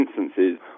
instances